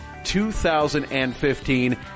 2015